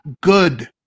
good